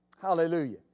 Hallelujah